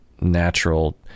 natural